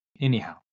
anyhow